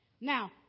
Now